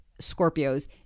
Scorpios